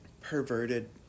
perverted